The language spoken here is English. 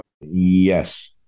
yes